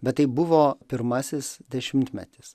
bet tai buvo pirmasis dešimtmetis